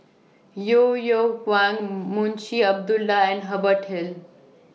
Yeo Yeow Kwang Munshi Abdullah and Hubert Hill